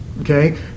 Okay